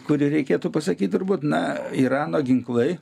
kurį reikėtų pasakyt turbūt na irano ginklai